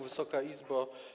Wysoka Izbo!